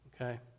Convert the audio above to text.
Okay